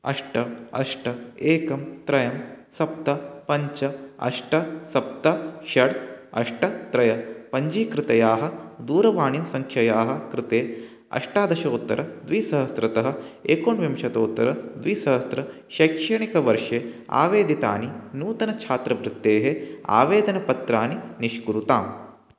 अष्ट अष्ट एकं त्रयं सप्त पञ्च अष्ट सप्त षट् अष्ट त्रय पञ्जीकृतयाः दूरवाणीसङ्ख्यायाः कृते अष्टादशोत्तरद्विसहस्रतः एकोनविंशत्युत्तरद्विसहस्रशैक्षणिकवर्षे आवेदितानि नूतनछात्रवृत्तेः आवेदनपत्राणि निष्कुरुताम्